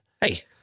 Hey